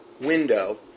window